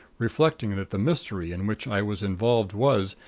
reflecting that the mystery in which i was involved was,